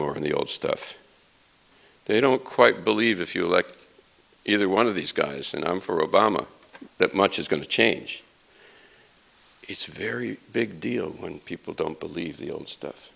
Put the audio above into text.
anymore in the old stuff they don't quite believe if you like either one of these guys and i'm for obama that much is going to change it's very big deal when people don't believe the old stuff